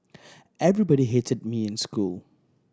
everybody hated me in school